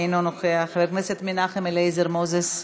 אינו נוכח, חבר הכנסת מנחם אליעזר מוזס,